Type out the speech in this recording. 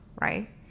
right